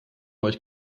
euch